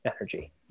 energy